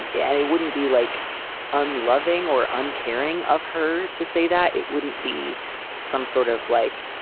um yeah and it wouldn't be like unloving or uncaring of her to say that it wouldn't be some sort of like